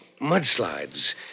mudslides